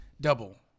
Double